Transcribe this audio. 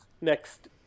next